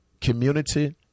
Community